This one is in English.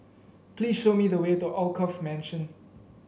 please show me the way to Alkaff Mansion